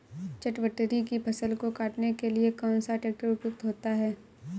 चटवटरी की फसल को काटने के लिए कौन सा ट्रैक्टर उपयुक्त होता है?